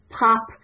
pop